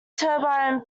turbine